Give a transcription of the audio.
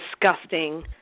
disgusting